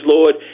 Lord